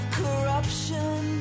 corruption